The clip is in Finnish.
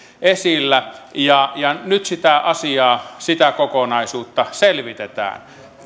esillä ja ja nyt sitä asiaa sitä kokonaisuutta selvitetään